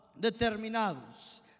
determinados